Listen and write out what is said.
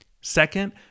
Second